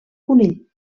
conill